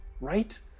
right